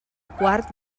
quart